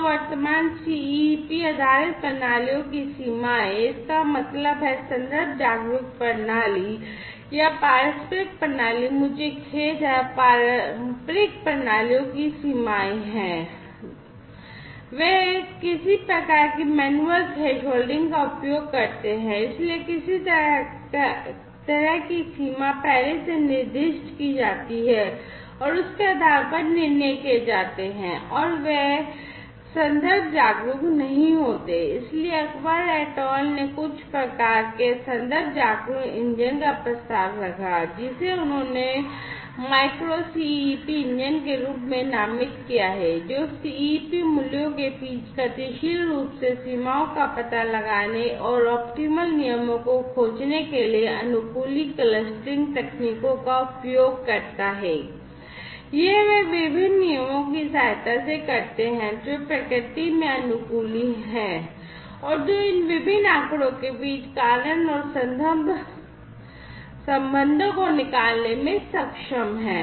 तो वर्तमान CEP आधारित प्रणालियों की सीमाएं इसका मतलब है संदर्भ जागरूक प्रणाली संबंधों को निकालने में सक्षम हैं